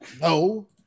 No